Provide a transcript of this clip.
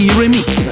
remix